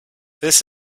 this